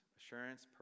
assurance